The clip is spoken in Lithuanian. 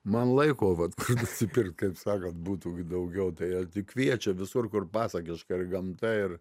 man laiko vat nusipirkt kaip sakant būtų daugiau tai a tik kviečia visur kur pasakiška ir gamta ir